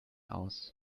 aus